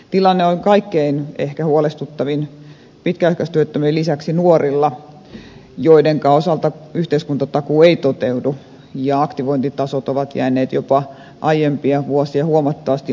tilanne on ehkä kaikkein huolestuttavin pitkäaikaistyöttömien lisäksi nuorilla joidenka osalta yhteiskuntatakuu ei toteudu ja aktivointitasot ovat jääneet jopa aiempia vuosia huomattavasti alhaisemmiksi